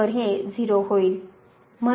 तर हे 0 होईल